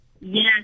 Yes